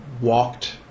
walked